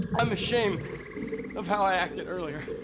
i'm ashamed of how i acted earlier